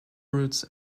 routes